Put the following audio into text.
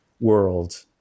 world